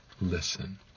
listen